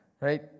right